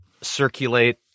circulate